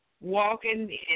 walking